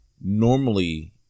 normally